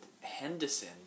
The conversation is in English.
Henderson